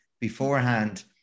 beforehand